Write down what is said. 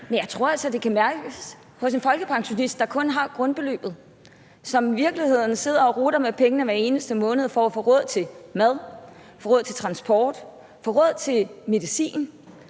men jeg tror altså, at det kan mærkes hos en folkepensionist, der kun har grundbeløbet, og som i virkeligheden hver eneste måned sidder og vender hver en øre for at få råd til mad, få råd til transport, få råd til medicin,